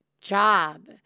job